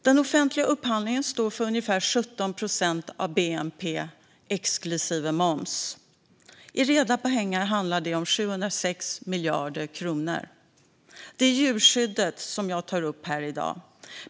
Den offentliga upphandlingen står för ungefär 17 procent av bnp, exklusive moms. I reda pengar handlar det om 706 miljarder kronor. Det är djurskyddet jag tar upp här i dag.